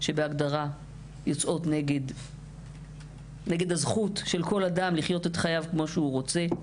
שבהגדרה יוצאות נגד הזכות של כל אדם לחיות את חייו כמו שהוא רוצה,